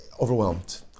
overwhelmed